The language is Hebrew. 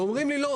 ואומרים לי 'לא,